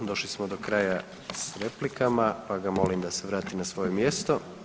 Došli smo do kraja s replikama pa ga molim da se vrati na svoje mjesto.